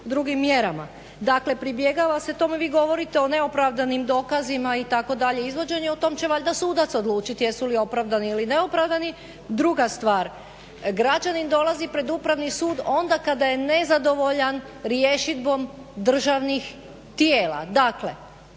drugim mjerama. Dakle pribjegava se tome, vi govorite o neopravdanim dokazima itd., izvođenju. O tom će valjda sudac odlučit jesu li opravdani ili neopravdani. Druga stvar, građanin dolazi pred upravni sud onda kada je nezadovoljan rješidbom državnih tijela.